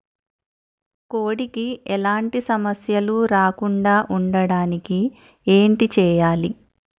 కోడి కి ఎలాంటి సమస్యలు రాకుండ ఉండడానికి ఏంటి చెయాలి?